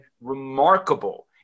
remarkable